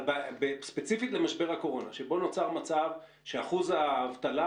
אבל ספציפית למשבר הקורונה שבו נוצר מצב שאחוז האבטלה